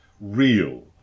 real